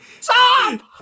Stop